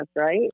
right